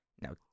Now